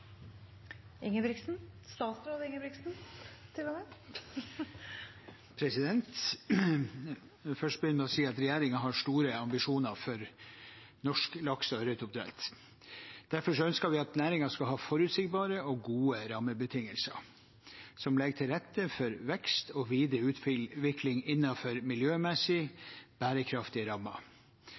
begynne med å si at regjeringen har store ambisjoner for norsk laks- og ørretoppdrett. Derfor ønsker vi at næringen skal ha forutsigbare og gode rammebetingelser som legger til rette for vekst og videre utvikling innenfor miljømessig bærekraftige rammer.